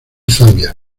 zambia